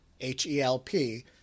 H-E-L-P